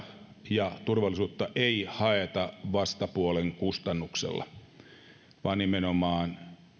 ja turvallisuutta ei haeta vastapuolen kustannuksella